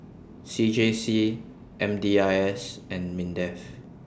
C J C M D I S and Mindef